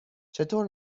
چطور